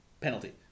penalty